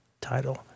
title